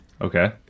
Okay